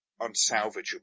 unsalvageable